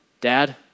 Dad